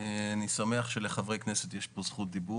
אנחנו בסופו של דבר כמו שאתם מכירים, את